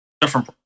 different